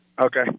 Okay